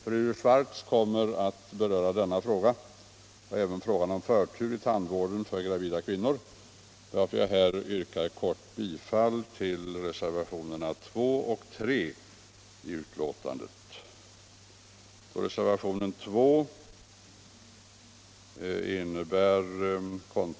Fru Swartz kommer att beröra denna fråga, liksom frågan om förtur i tandvården för gravida kvinnor, varför jag med detta inskränker mig till att yrka bifall till reservationerna 2 och 3.